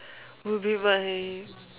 would be my